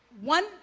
one